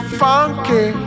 funky